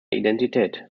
identität